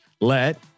Let